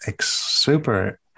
super